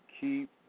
keep